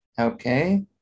Okay